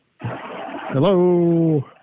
Hello